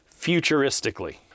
futuristically